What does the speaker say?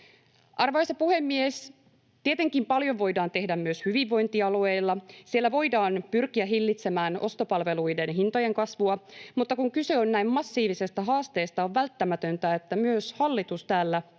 Arvoisa puhemies! Tietenkin paljon voidaan tehdä myös hyvinvointialueilla. Siellä voidaan pyrkiä hillitsemään ostopalveluiden hintojen kasvua, mutta kun kyse on näin massiivisista haasteista, on välttämätöntä, että myös hallitus täällä